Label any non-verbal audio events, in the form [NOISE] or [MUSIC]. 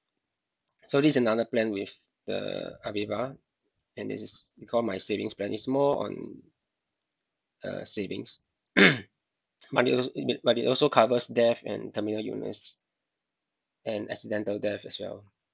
so this is another plan with uh aviva and this is called my savings plan it's more on uh savings [COUGHS] but it al~ but it also covers death and terminal illness and accidental death as well